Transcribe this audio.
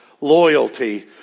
loyalty